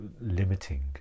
limiting